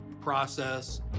process